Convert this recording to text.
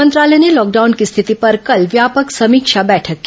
मंत्रालय ने लॉकडाउन की स्थिति पर कल व्यापक समीक्षा बैठक की